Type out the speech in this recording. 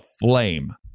flame